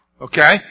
Okay